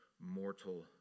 mortal